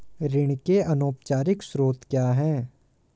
ऋण के अनौपचारिक स्रोत क्या हैं?